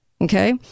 Okay